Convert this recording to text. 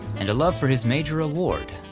and a love for his major award,